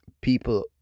people